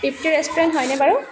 তৃপ্তি restaurant হয়নে বাৰু